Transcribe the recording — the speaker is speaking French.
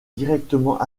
directement